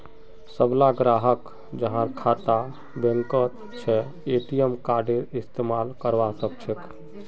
सबला ग्राहक जहार खाता बैंकत छ ए.टी.एम कार्डेर इस्तमाल करवा सके छे